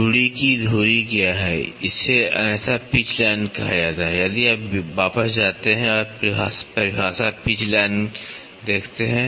चूड़ी की धुरी क्या है इसे अन्यथा पिच लाइन कहा जाता है यदि आप वापस जाते हैं और परिभाषा पिच लाइन देखते हैं